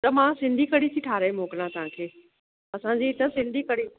त मां सिंधी कढ़ी थी ठाहिराए मोकिला तव्हांखे असांजी त सिंधी कढ़ी